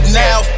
now